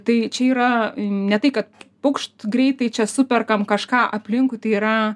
tai čia yra ne tai kad pukšt greitai čia superkam kažką aplinkui tai yra